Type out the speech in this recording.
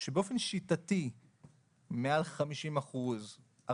שבאופן שיטתי מעל 50 אחוזים,